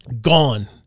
gone